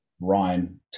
Ryan